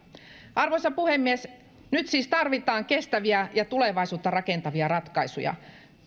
arvoisa puhemies nyt siis tarvitaan kestäviä ja tulevaisuutta rakentavia ratkaisuja